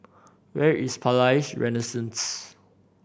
where is Palais Renaissance